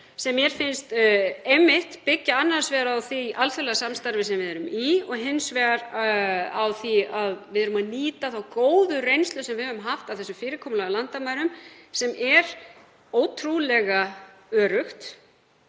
sem mér finnst einmitt byggja annars vegar á því alþjóðlega samstarfi sem við erum í og hins vegar á því að við erum að nýta þá góðu reynslu sem við höfum haft af þessu fyrirkomulagi á landamærum, sem er ótrúlega öruggt